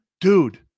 dude